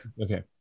okay